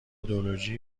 ایدئولوژی